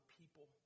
people